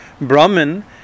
Brahman